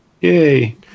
Yay